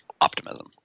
optimism